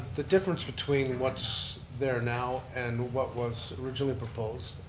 the difference between what's there now and what was originally proposed,